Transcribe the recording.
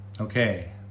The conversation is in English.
Okay